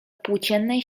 płóciennej